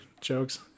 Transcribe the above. jokes